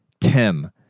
Tim